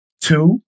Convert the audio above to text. Two